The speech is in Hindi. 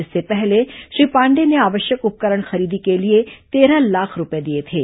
इससे पहले श्री पांडेय ने आवश्यक उपकरण खरीदी के लिए तेरह लाख रूपये दिए थे